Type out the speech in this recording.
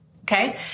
Okay